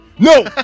No